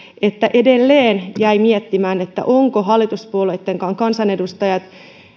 että edelleen jäi miettimään ovatko hallituspuolueittenkaan kansanedustajat